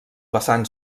vessant